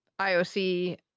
IOC